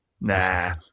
Nah